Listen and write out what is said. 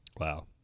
Wow